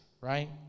right